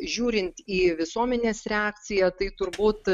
žiūrint į visuomenės reakciją tai turbūt